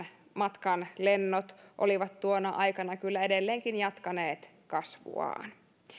matkan lennot olivat tuona aikana kyllä edelleenkin jatkaneet kasvuaan